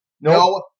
No